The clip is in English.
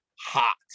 hot